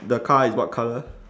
the car is what colour